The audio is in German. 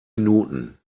minuten